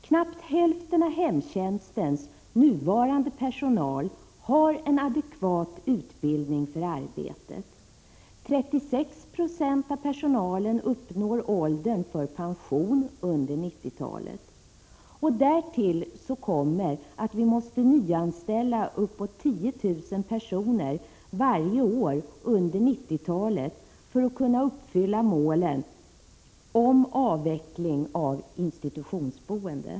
Knappt hälften av hemtjänstens nuvarande personal har en adekvat utbildning för arbetet. 36 20 av personalen uppnår åldern för pension under 90-talet. Därtill kommer att vi måste nyanställa uppåt 10 000 personer varje år under 90-talet för att kunna uppfylla målen om avveckling av institutionsboende.